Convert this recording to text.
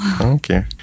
Okay